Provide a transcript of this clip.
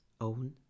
own